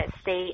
state